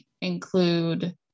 include